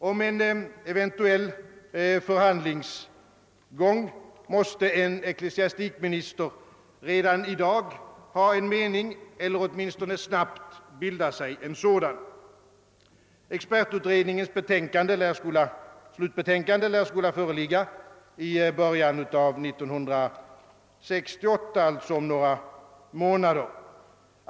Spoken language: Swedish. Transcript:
Om en eventuell förhandlingsgång måste en ecklesiastikminister redan i dag ha eller åtminstone snabbt bilda sig en mening. Expertutredningens slutbetänkande lär skola föreligga i början av år 1968, d. v. s. om några månader.